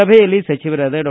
ಸಭೆಯಲ್ಲಿ ಸಚಿವರಾದ ಡಾ